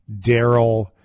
Daryl